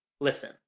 Listen